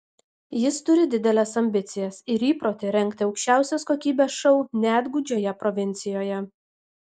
jis turi dideles ambicijas ir įprotį rengti aukščiausios kokybės šou net gūdžioje provincijoje